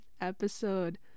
episode